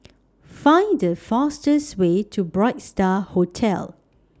Find The fastest Way to Bright STAR Hotel